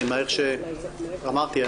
אמרתי,